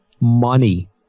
money